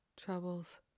troubles